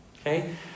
Okay